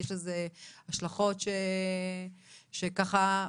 יש לזה השלכות שככה,